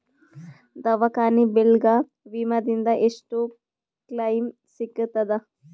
ದವಾಖಾನಿ ಬಿಲ್ ಗ ವಿಮಾ ದಿಂದ ಎಷ್ಟು ಕ್ಲೈಮ್ ಸಿಗತದ?